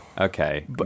Okay